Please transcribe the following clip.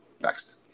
Next